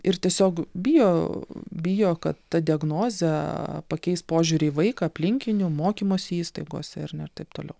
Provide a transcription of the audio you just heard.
ir tiesiog bijo bijo kad ta diagnozė pakeis požiūrį į vaiką aplinkinių mokymosi įstaigose ar ne ir taip toliau